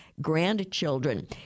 grandchildren